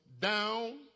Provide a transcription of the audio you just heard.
down